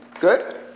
Good